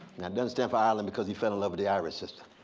now it doesn't stand for ireland because he fell in love with the irish sister.